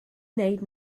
wneud